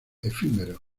efímera